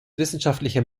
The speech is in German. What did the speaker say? wissenschaftlicher